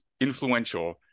influential